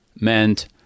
meant